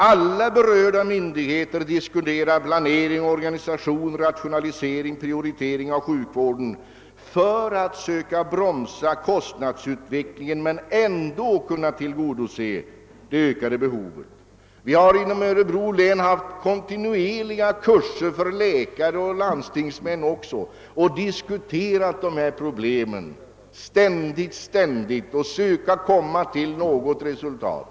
Alla berörda myndigheter diskuterar planering, organisation, rationalisering och prioritering av sjukvården för att söka bromsa kostnadsutvecklingen men ändå kunna tillgodose det ökade vårdbehovet. Vi har inom Örebro län haft kontinuerliga kurser för läkare och även för landstingsmän och ständigt diskuterat dessa problem och försökt komma till något resultat.